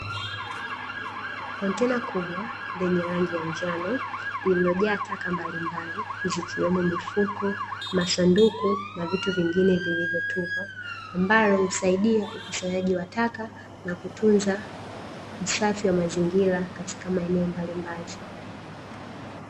Kontena kubwa lenye rangi ya njano, lililojaa taka mbalimbali, zikiwemo mifuko, masanduku, na vitu vingine vilivyotupwa, ambalo husaidia ukusanyaji wa taka na kutunza usafi wa mazingira katika maeneo mbalimbali.